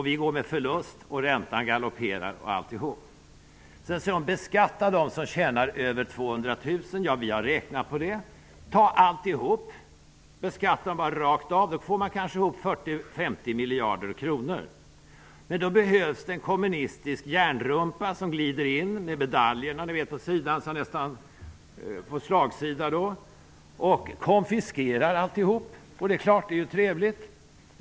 Vi går med förlust, räntan galopperar, osv. Gudrun Schyman säger sedan: Beskatta dem som tjänar över 200 000. Vi har räknat på det. Tar man alltihop och beskattar dem rakt av, får man ihop 40--50 miljarder kronor. Då behövs en kommunistisk järnrumpa som glider in -- ni vet en sådan med medaljer på sidan, så att han nästan får slagsida -- och konfiskerar alltihop. Det är klart, det är ju trevligt.